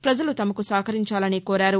ప్రజలు తమకు సహకరించాలని కోరారు